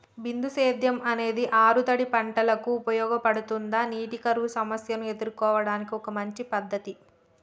బిందు సేద్యం అనేది ఆరుతడి పంటలకు ఉపయోగపడుతుందా నీటి కరువు సమస్యను ఎదుర్కోవడానికి ఒక మంచి పద్ధతి?